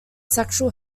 sexual